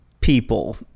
people